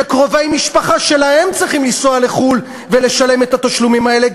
שקרובי משפחה שלהם צריכים לנסוע לחו"ל ולשלם את התשלומים האלה,